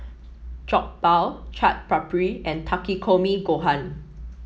Jokbal Chaat Papri and Takikomi Gohan